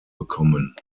bekommen